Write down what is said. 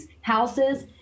houses